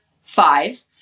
five